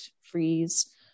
freeze